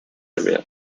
area